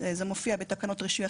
לא ניכנס לזה.